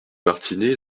martinets